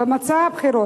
במצע הבחירות: